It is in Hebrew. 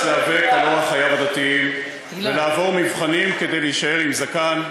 נאלץ להיאבק על אורח חייו הדתי ולעבור מבחנים כדי להישאר עם זקן,